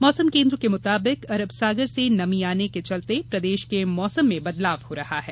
मौसम केंद्र के मुताबिक अरब सागर से नमी आने के चलते प्रदेश के मौसम में बदलाव हो रहा है